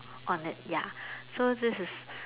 on it ya so this is